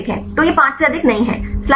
तो यह 5 से अधिक नहीं है